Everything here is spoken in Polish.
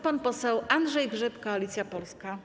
Pan poseł Andrzej Grzyb, Koalicja Polska.